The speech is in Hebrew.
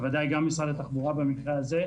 בוודאי גם משרד התחבורה במקרה הזה,